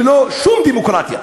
ללא שום דמוקרטיה.